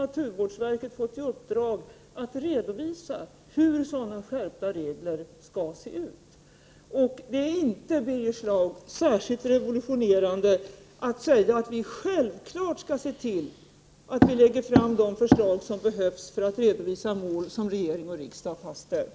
Naturvårdsverket har fått i uppdrag att redovisa hur sådana skärpta regler skall se ut. Det är inte särskilt revolutionerande, Birger Schlaug, att säga att regeringen självfallet skall se till att lägga fram de förslag som behövs för att vi skall kunna redovisa de mål som regering och riksdag fastställt.